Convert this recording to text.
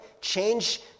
Change